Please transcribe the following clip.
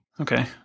Okay